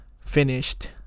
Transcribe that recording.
finished